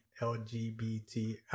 LGBT